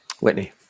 Whitney